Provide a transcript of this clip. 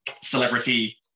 celebrity